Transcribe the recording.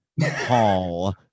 Paul